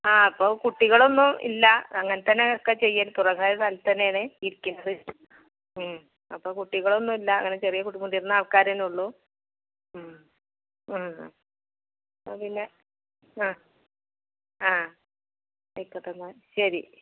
ആ അപ്പോൾ കുട്ടികളൊന്നും ഇല്ല അങ്ങനെത്തന്നെ ഒക്കെ ചെയ്യൽ തുറസായ സ്ഥലത്ത് തന്നാണ് ഇരിക്കുന്നത് അപ്പം കുട്ടികളൊന്നുമില്ല അങ്ങനെ ചെറിയ കൂട്ട് മുതിർന്ന ആൾക്കാരെന്നെ ഉള്ളു ആ പിന്നെ ആ ആ വെക്കട്ടെന്നാൽ ശരി